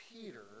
peter